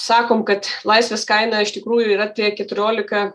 sakom kad laisvės kaina iš tikrųjų yra tie keturiolika